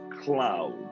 cloud